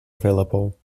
available